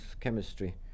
chemistry